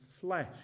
flesh